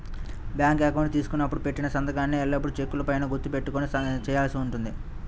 bank account తీసుకున్నప్పుడు పెట్టిన సంతకాన్నే ఎల్లప్పుడూ చెక్కుల పైన గుర్తు పెట్టుకొని చేయాల్సి ఉంటుంది